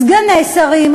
סגני שרים,